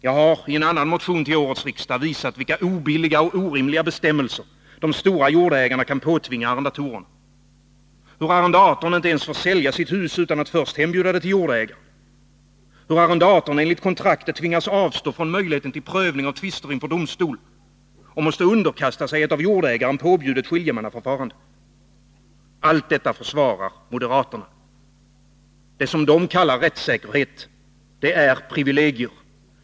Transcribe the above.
Jag har i en annan motion till årets riksdag visat vilka obilliga och orimliga bestämmelser som de stora jordägarna påtvingar arrendatorerna, hur arrendatorn inte ens får sälja sitt hus utan att först hembjuda det till jordägaren, hur arrendatorn enligt kontraktet tvingas avstå från möjligheten till prövning av tvister inför domstol och måste underkasta sig ett av jordägaren påbjudet skiljemannaförfarande. Allt detta försvarar moderaterna. Det som moderaterna kallar rättssäkerhet är privilegier.